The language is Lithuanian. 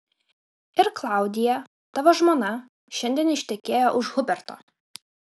ir klaudija tavo žmona šiandien ištekėjo už huberto